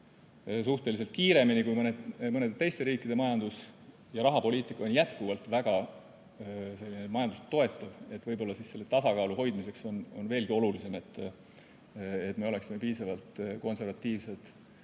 suhteliselt kiiremini kui mõnede teiste riikide majandus ja rahapoliitika on jätkuvalt väga majandust toetav, on võib-olla selle tasakaalu hoidmiseks veelgi olulisem, et me oleksime piisavalt konservatiivsed